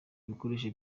ibikoresho